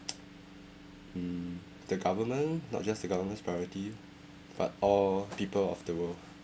mm the government not just the government's priority but all people of the world